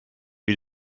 wie